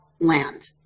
land